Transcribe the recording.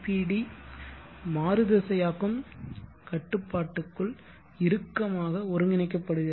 D மாறுதிசையாக்கும் கட்டுப்பாட்டுக்குள் இறுக்கமாக ஒருங்கிணைக்கப்படுகிறது